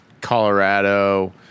Colorado